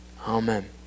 Amen